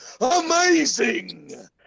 amazing